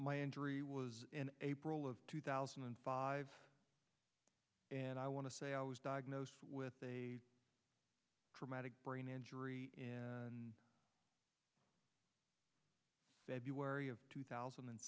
my injury was in april of two thousand and five and i want to say i was diagnosed with a traumatic brain injury wary of two thousand and